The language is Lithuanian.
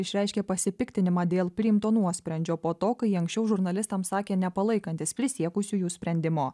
išreiškė pasipiktinimą dėl priimto nuosprendžio po to kai anksčiau žurnalistams sakė nepalaikantis prisiekusiųjų sprendimo